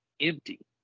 empty